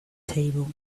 table